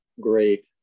great